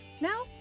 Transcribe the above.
Now